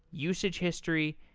usage history,